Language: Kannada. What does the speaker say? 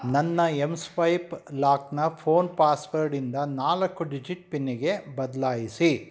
ನನ್ನ ಎಮ್ ಸ್ವೈಪ್ ಲಾಕ್ನ ಫೋನ್ ಪಾಸ್ವರ್ಡಿಂದ ನಾಲ್ಕು ಡಿಜಿಟ್ ಪಿನ್ಗೆ ಬದಲಾಯಿಸಿ